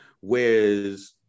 whereas